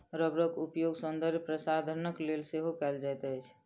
रबड़क उपयोग सौंदर्य प्रशाधनक लेल सेहो कयल जाइत अछि